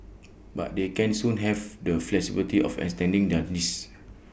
but they can soon have the flexibility of extending their lease